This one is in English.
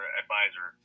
advisor